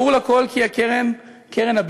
ברור לכול כי הקרן הבין-לאומית